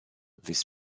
this